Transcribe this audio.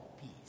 peace